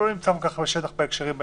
לא נמצא כל כך בשטח בהקשרים האלו,